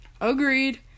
Agreed